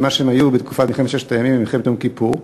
ממה שהם היו בתקופת מלחמת ששת הימים ומלחמת יום כיפור,